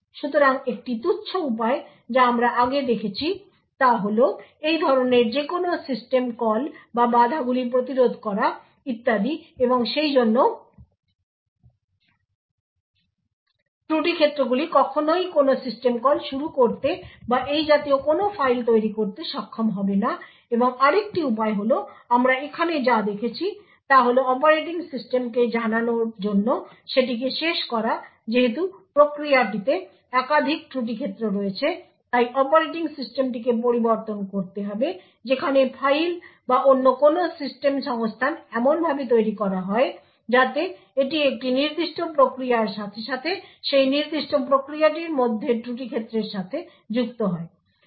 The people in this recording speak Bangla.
সুতরাং একটি তুচ্ছ উপায় যা আমরা আগে দেখেছি তা হল এই ধরনের যে কোনও সিস্টেম কল বা বাধাগুলি প্রতিরোধ করা ইত্যাদি এবং সেইজন্য ত্রুতি ক্ষেত্রগুলি কখনই কোনও সিস্টেম কল শুরু করতে বা এই জাতীয় কোনও ফাইল তৈরি করতে সক্ষম হবে না এবং আরেকটি উপায় হল আমরা এখানে যা দেখেছি তা হল অপারেটিং সিস্টেমকে জানানোর জন্য সেটিকে শেষ করা যেহেতু প্রক্রিয়াটিতে একাধিক ত্রুটি ক্ষেত্র রয়েছে তাই অপারেটিং সিস্টেমটিকে পরিবর্তন করতে হবে যেখানে ফাইল বা অন্য কোনও সিস্টেম সংস্থান এমনভাবে তৈরি করা হয় যাতে এটি একটি নির্দিষ্ট প্রক্রিয়ার সাথে সাথে সেই নির্দিষ্ট প্রক্রিয়াটির মধ্যের ত্রুটি ক্ষেত্রের সাথে যুক্ত হয়